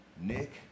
Nick